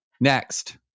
Next